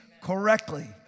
correctly